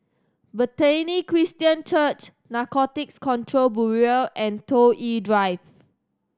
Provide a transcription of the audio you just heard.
Bethany Christian Church Narcotics Control Bureau and Toh Yi Drive